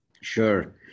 Sure